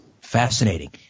Fascinating